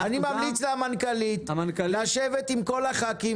אני ממליץ למנכ"לית להיפגש עם כל חברי הכנסת